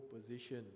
position